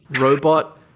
robot